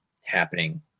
happening